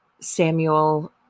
Samuel